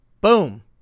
boom